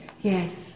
Yes